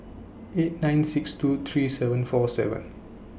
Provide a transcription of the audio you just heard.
eight nine six two three seven four seven